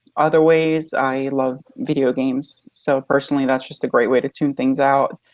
other ways, i love video games so personally that's just a great way to tune things out.